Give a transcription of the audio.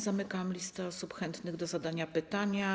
Zamykam listę osób chętnych do zadania pytania.